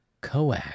coax